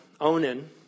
Onan